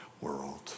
world